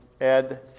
Ed